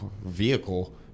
vehicle